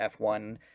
F1